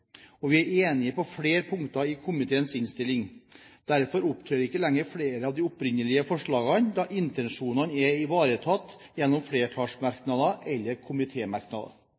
og vi er enige på flere punkter i komiteens innstilling. Derfor opptrer ikke lenger flere av de opprinnelige forslagene, da intensjonene er ivaretatt gjennom flertallsmerknader eller